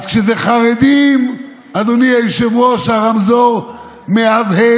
אז כשזה חרדים, אדוני היושב-ראש, הרמזור מהבהב,